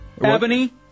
Ebony